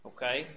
Okay